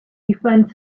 defend